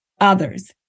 others